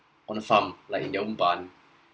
on a farm like in their own barn